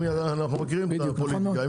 אנחנו מכירים את הפוליטיקה,